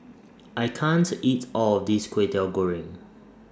I can't eat All of This Kway Teow Goreng